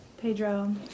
Pedro